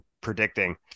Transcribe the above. predicting